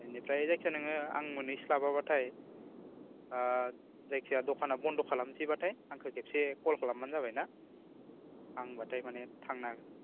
बेनिफ्राय जायखिजाया नोङो आं मोनहैस्लाबाबाथाय जायखिजाया दखाना बन्द' खालामनोसैबाथाय आंखौ खेबसे क'ल खालामबानो जाबाय ना आं होनबाथाय माने थांनो हागोन